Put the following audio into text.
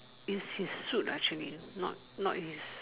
is his suit actually not not his